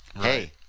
Hey